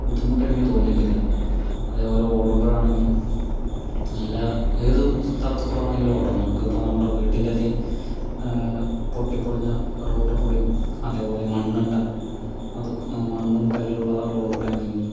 ബുദ്ധിമുട്ടെനിക്ക് തോന്നിയിട്ടില്ല അതേപോലെ ഓടുമ്പോഴാണെങ്കിലും നല്ല ഏത് സ്ഥലത്ത് കൂടെ വേണമെങ്കിലും ഓടാം ഇപ്പോൾ നമുടെ വീട്ടിൻ്റെയൊക്കെ പൊട്ടിപ്പൊളിഞ്ഞ റോട്ടിൽകൂടെയും അതേപോലെ മണ്ണിട്ട അത് മണ്ണും കല്ലും ഉള്ള റോഡിൽ കുടെ ആണെങ്കിലും